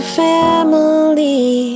family